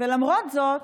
ולמרות זאת,